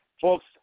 Folks